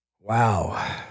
Wow